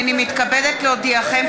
הינני מתכבדת להודיעכם,